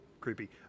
creepy